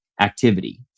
activity